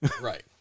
Right